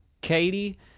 Katie